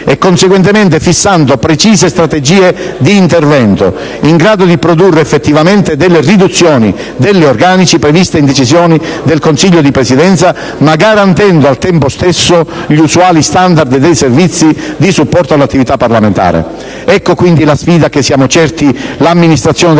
e, conseguentemente, fissando precise strategie di intervento, in grado di produrre effettivamente la riduzione degli organici prevista in decisioni del Consiglio di Presidenza, ma garantendo al tempo stesso gli usuali standard dei servizi di supporto all'attività parlamentare. Ecco quindi la sfida che siamo certi l'Amministrazione del Senato saprà